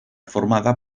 formada